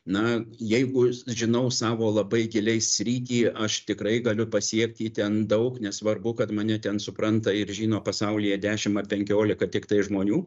na jeigu žinau savo labai giliai sritį aš tikrai galiu pasiekti ten daug nesvarbu kad mane ten supranta ir žino pasaulyje dešim penkiolika tiktai žmonių